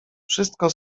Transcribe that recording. wszystko